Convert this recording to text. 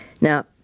Now